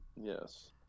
Yes